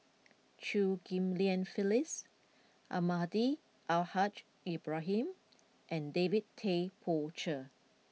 Chew Ghim Lian Phyllis Almahdi Al Haj Ibrahim and David Tay Poey Cher